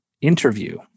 interview